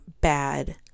bad